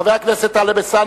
חבר הכנסת אלסאנע,